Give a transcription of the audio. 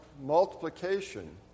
multiplication